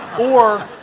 or,